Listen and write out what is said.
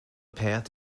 path